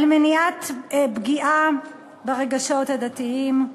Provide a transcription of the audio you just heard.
על מניעת פגיעה ברגשות הדתיים,